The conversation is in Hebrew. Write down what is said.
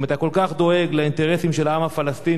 אם אתה כל כך דואג לאינטרסים של העם הפלסטיני,